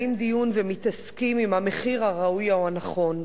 מנהלים דיון ומתעסקים אם המחיר הראוי הוא הנכון.